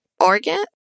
organ